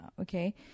okay